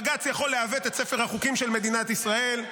בג"ץ יכול לעוות את ספר החוקים של מדינת ישראל,